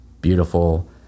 beautiful